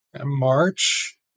March